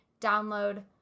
download